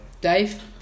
Dave